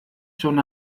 son